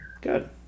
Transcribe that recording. good